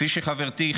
כפי שחברתי,